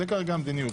זו כרגע המדיניות.